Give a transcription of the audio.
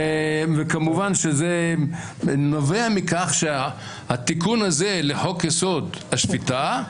וכמובן שזה נובע מכך שהתיקון הזה לחוק-יסוד: השפיטה,